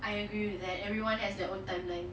I agree with that everyone has their own timeline